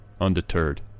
Undeterred